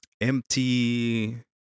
empty